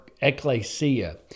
ecclesia